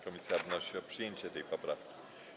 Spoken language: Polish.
Komisja wnosi o przyjęcie tej poprawki.